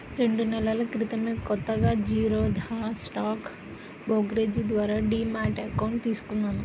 రెండు నెలల క్రితమే కొత్తగా జిరోదా స్టాక్ బ్రోకరేజీ ద్వారా డీమ్యాట్ అకౌంట్ తీసుకున్నాను